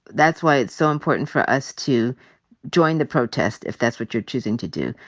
that's why it's so important for us to join the protest, if that's what you're choosing to do.